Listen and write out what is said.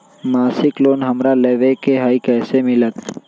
मासिक लोन हमरा लेवे के हई कैसे मिलत?